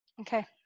Okay